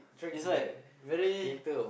it's like very